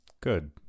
good